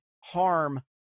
harm